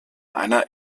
einer